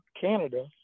Canada